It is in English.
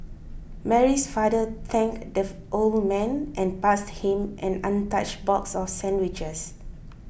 Mary's father thanked the old man and passed him an untouched box of sandwiches